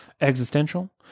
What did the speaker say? existential